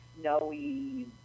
snowy